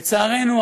לצערנו,